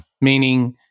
Meaning